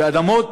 האדמות